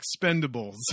Expendables